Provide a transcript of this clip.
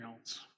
else